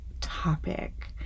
topic